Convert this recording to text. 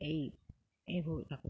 এই এইবোৰ কাপোৰ